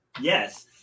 Yes